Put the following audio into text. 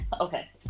Okay